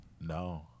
No